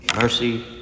mercy